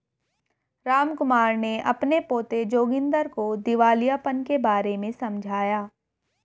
रामकुमार ने अपने पोते जोगिंदर को दिवालियापन के बारे में समझाया